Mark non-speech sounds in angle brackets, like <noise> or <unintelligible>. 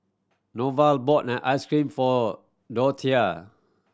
Norval bought <unintelligible> ice cream for Dorthea